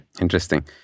Interesting